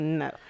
no